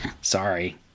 Sorry